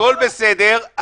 הכול בסדר.